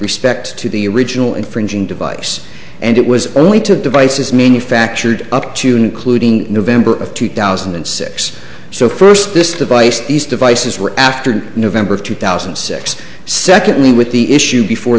respect to the original infringing device and it was only two devices manufactured up to new clued in november of two thousand and six so first this device these devices were after november of two thousand and six secondly with the issue before